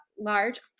large